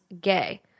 gay